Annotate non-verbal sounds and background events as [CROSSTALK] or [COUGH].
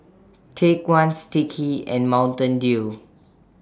[NOISE] Take one Sticky and Mountain Dew